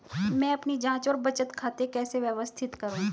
मैं अपनी जांच और बचत खाते कैसे व्यवस्थित करूँ?